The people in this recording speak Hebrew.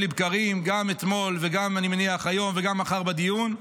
גם אתמול ואני מניח שגם היום וגם מחר בדיון.